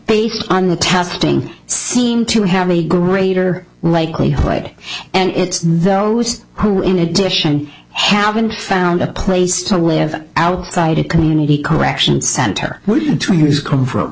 based on the testing seem to have a greater likelihood and it's those who in addition haven't found a place to live outside a community correction center to who's come